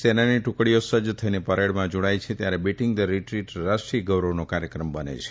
સેનાની ટુકડીઓ સજજ થઇને પરેડમાં જોડાય છે ત્યારે બીટીંગ ધ રીટ્રીટ રાષ્ટ્રીય ગૌરવનો કાર્યક્રમ બને છે